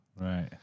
Right